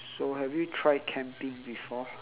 so have you tried camping before